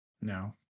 no